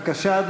בבקשה,